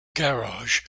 garage